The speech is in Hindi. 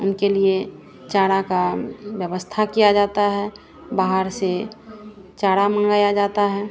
उनके लिए चारा का व्यवस्था किया जाता है बाहर से चारा मंगाया जाता है